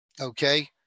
okay